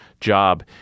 job